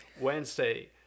Wednesday